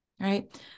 right